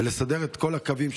מסדר את כל הקווים,